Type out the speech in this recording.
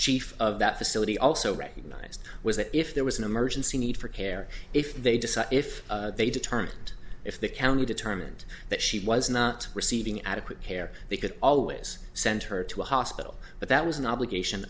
chief of that facility also recognized was that if there was an emergency need for care if they decide if they determined if the county determined that she was not receiving adequate care they could always send her to a hospital but that was an obligation